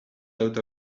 out